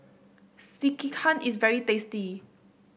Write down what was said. Sekihan is very tasty